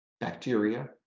bacteria